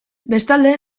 bestalde